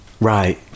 Right